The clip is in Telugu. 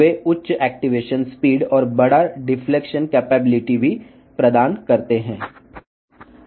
ఇవి అధిక క్రియాశీలత వేగం మరియు పెద్ద విక్షేపం సామర్థ్యాన్ని కూడా అందిస్తాయి